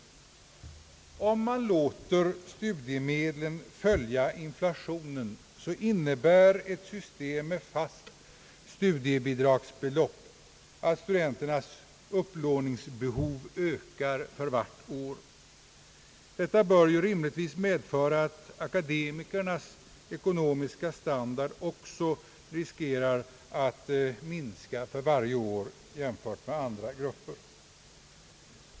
Om man låter studiemedelsbeloppen följa inflationen, så innebär ett system med fast studiebidragsbelopp att studenternas upplåningsbehov ökar för varje år. Detta bör rimligtvis medföra att akademikernas ekonomiska standard också riskerar att sjunka för varje år i jämförelse med andra grupper.